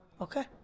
Okay